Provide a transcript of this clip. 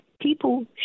people